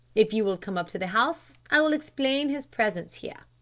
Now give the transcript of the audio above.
if you will come up to the house i will explain his presence here.